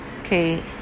okay